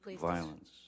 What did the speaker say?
violence